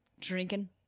drinking